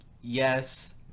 Yes